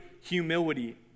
humility